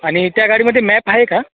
आणि त्या गाडीमध्ये मॅप आहे का